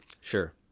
Sure